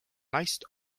naist